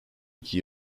iki